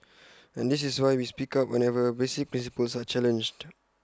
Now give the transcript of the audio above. and this is why we speak up whenever basic principles are challenged